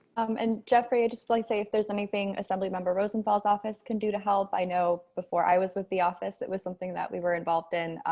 and, jeffrey, i just, like, say, if there's anything assembly member rosenthal's office can do to help. i know before i was with the office. it was something that we were involved in.